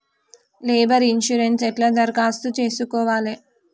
Labour insurance ఎట్ల దరఖాస్తు చేసుకోవాలే?